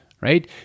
right